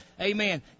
Amen